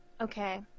Okay